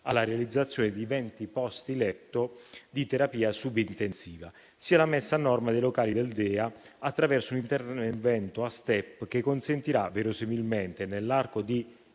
alla realizzazione di 20 posti letto di terapia subintensiva), e la messa a norma dei locali del DEA attraverso un intervento a *step,* che consentirà, verosimilmente nell'arco di